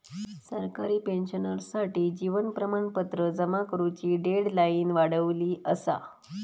सरकारी पेंशनर्ससाठी जीवन प्रमाणपत्र जमा करुची डेडलाईन वाढवली असा